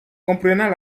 comprenant